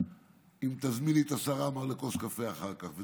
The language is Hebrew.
אם תזמיני את השר עמאר לכוס קפה אחר כך.